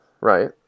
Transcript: right